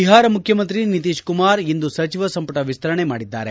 ಬಿಹಾರ ಮುಖ್ಯಮಂತ್ರಿ ನಿತೀಶ್ ಕುಮಾರ್ ಇಂದು ತಮ್ಮ ಸಚಿವ ಸಂಪುಟ ವಿಸ್ತರಣೆ ಮಾಡಿದ್ದಾರೆ